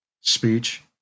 speech